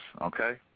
okay